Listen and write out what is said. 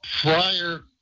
prior